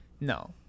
No